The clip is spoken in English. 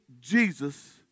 Jesus